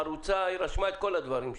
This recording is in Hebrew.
חרוצה - היא רשמה את כל הדברים שלך.